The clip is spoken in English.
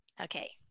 Okay